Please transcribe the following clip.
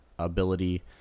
ability